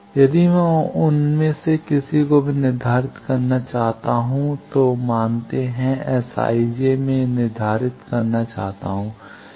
यदि मैं उनमें से किसी को भी निर्धारित करना चाहता हूं तो मानते हैं Sij मैं निर्धारित करना चाहता हूं